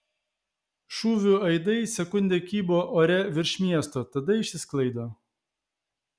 šūvių aidai sekundę kybo ore virš miesto tada išsisklaido